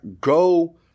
go